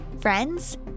Friends